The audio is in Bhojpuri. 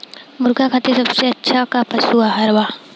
मुर्गा खातिर सबसे अच्छा का पशु आहार बा?